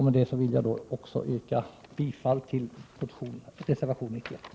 Med detta yrkar jag bifall också till reservation 91.